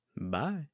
bye